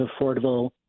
affordable